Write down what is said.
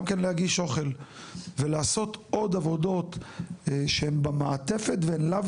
גם להגיש אוכל ולעשות עוד עבודות שהן במעטפת והן לאו